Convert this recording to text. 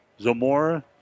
Zamora